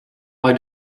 while